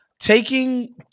taking